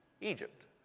Egypt